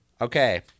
Okay